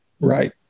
Right